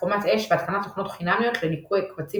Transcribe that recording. חומת אש והתקנת תוכנות חינמיות לניקוי קבצים